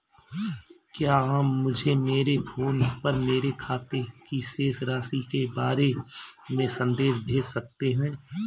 क्या आप मुझे मेरे फ़ोन पर मेरे खाते की शेष राशि के बारे में संदेश भेज सकते हैं?